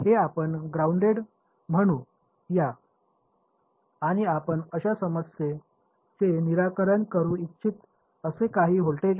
हे आपण ग्राउंडेड म्हणू या आणि आपण अशा समस्येचे निराकरण करू इच्छित असे काही व्होल्टेज आहे